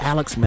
Alex